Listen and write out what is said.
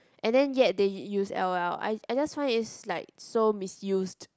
and then yet they use L_O_L I I just find is like so misuse